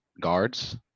guards